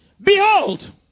Behold